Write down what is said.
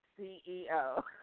CEO